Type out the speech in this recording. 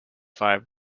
five